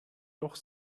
doch